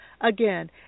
Again